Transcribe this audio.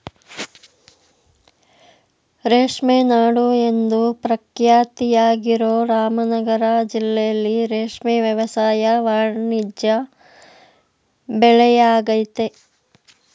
ರೇಷ್ಮೆ ನಾಡು ಎಂದು ಪ್ರಖ್ಯಾತಿಯಾಗಿರೋ ರಾಮನಗರ ಜಿಲ್ಲೆಲಿ ರೇಷ್ಮೆ ವ್ಯವಸಾಯ ವಾಣಿಜ್ಯ ಬೆಳೆಯಾಗಯ್ತೆ